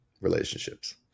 relationships